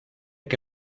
que